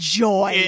joy